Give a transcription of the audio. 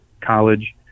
college